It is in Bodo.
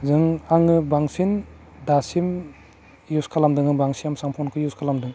जों आङो बांसिन दासिम इउस खालामदों होनबा आं सेमसां फनखौ इउस खालामदों